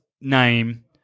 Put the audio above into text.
name